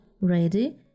ready